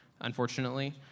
unfortunately